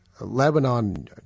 Lebanon